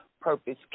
Purpose